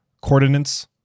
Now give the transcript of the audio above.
coordinates